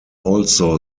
also